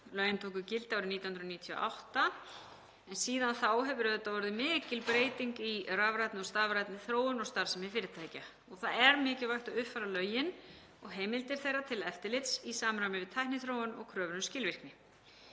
Lögin tóku gildi árið 1998 en síðan þá hefur orðið mikil breyting í rafrænni og stafrænni þróun og starfsemi fyrirtækja. Það er mikilvægt að uppfæra lögin og heimildir þeirra til eftirlits í samræmi við tækniþróun og kröfur um skilvirkni